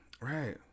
Right